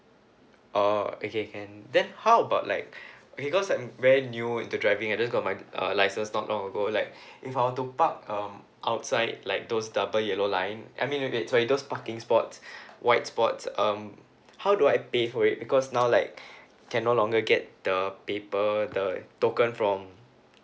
oh okay can then how about like because I'm very new into driving I just got like uh license not long ago like if I want to park um outside like those double yellow line I mean sorry those parking spot white spots um how do I pay for it because now like cannot longer get the paper the token from